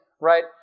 right